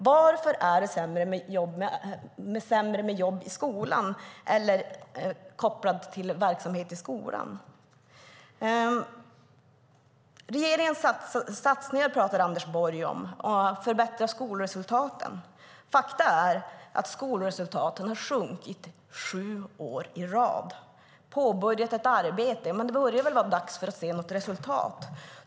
Varför är det sämre med jobb i skolan, kopplat till verksamhet i skolan? Regeringens satsningar talade Anders Borg om och om att förbättra skolresultaten. Faktum är att skolresultaten sjunkit sju år i rad. Påbörjat ett arbete, sades det. Det börjar väl vara dags att visa resultat?